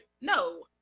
No